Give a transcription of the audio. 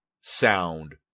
sound